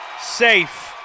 Safe